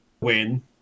win